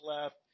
left